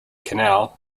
canal